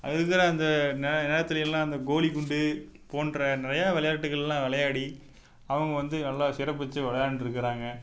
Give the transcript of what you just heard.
அதில் இருக்கிற அந்த நெ நெலத்தில் எல்லாம் அந்த கோலி குண்டு போன்ற நிறையா விளையாட்டுக்கள்லாம் விளையாடி அவங்க வந்து நல்லா சிறப்பித்து விளையாண்டு இருக்கிறாங்க